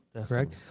correct